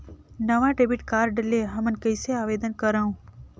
नवा debit card ले हमन कइसे आवेदन करंव?